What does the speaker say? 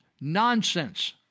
Nonsense